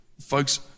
folks